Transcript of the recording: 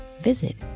visit